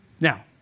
Now